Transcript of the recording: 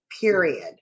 period